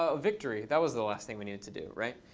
ah victory. that was the last thing we needed to do, right?